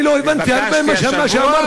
אני לא הבנתי הרבה ממה שאמרת.